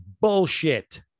bullshit